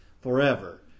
forever